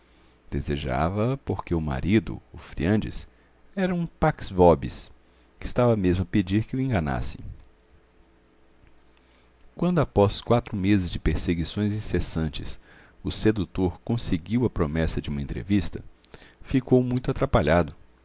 desejava a porque o marido o friandes era um pax vobis que estava mesmo a pedir que o enganassem quando após quatro meses de perseguições incessantes o sedutor conseguiu a promessa de uma entrevista ficou muito atrapalhado